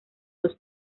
dos